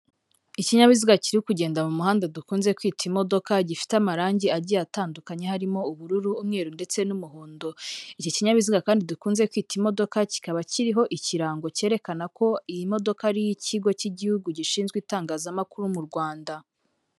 Ikinyabiziga kiri kugenda mu muhanda dukunze kwita imodoka gifite amarangi agiye atandukanye harimo ubururu umweru ndetse n'umuhondo, iki kinyabiziga kandi dukunze kwita imodoka kikaba kiriho ikirango cyerekana ko iyi modoka ari iy'ikigo cy'igihugu gishinzwe itangazamakuru mu Rwanda.